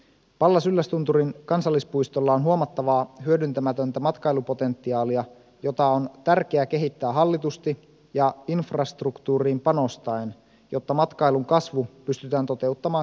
pallas yllästunturin kansallispuistolla on huomattavaa hyödyntämätöntä matkailupotentiaalia jota on tärkeää kehittää hallitusti ja infrastruktuuriin panostaen jotta matkailun kasvu pystytään toteuttamaan kestävällä tavalla